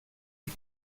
die